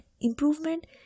Improvement